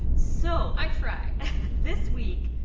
so. i try this week,